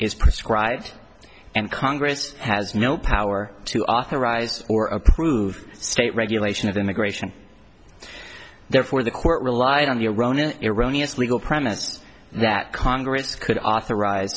is prescribed and congress has no power to authorize or approve state regulation of immigration therefore the court relied on the iran and iranians legal premise that congress could authorize